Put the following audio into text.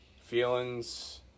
feelings